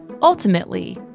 Ultimately